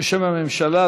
בשם הממשלה,